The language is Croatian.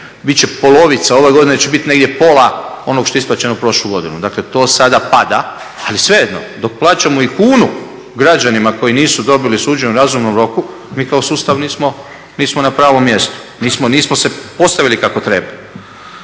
će polovica, ove godine će bit negdje pola onog što je isplaćeno prošlu godinu. Dakle, to sada pada. Ali svejedno, dok plaćamo i kunu građanima koji nisu dobili suđenje u razumnom roku mi kao sustav nismo na pravom mjestu, nismo se postavili kako treba.